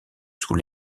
sous